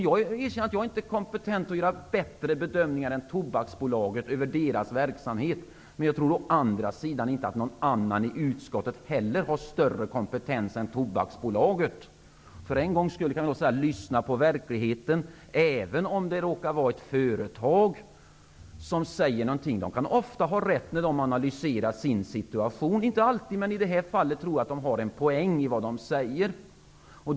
Jag erkänner att jag inte är kompetent att göra bättre bedömningar än Tobaksbolaget av deras verksamhet, men jag tror inte heller att någon annan i utskottet har större kompetens. För en gångs skull kan jag säga: Lyssna på verkligheten, även om det råkar vara ett företag som säger någonting! De har ofta -- inte alltid -- rätt när de analyserar sin situation. I detta fall tror jag att de har en poäng i vad de säger.